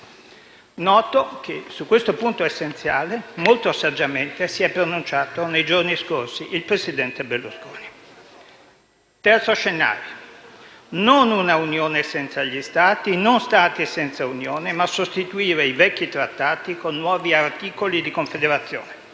Noto che su questo punto essenziale molto saggiamente si è pronunciato, nei giorni scorsi, il presidente Berlusconi. Terzo scenario: non una Unione senza gli Stati, non Stati senza Unione, ma sostituire i vecchi Trattati con nuovi «articoli di confederazione».